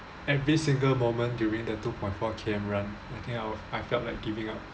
every single moment during the two point four K_M run I think I'll I felt like giving up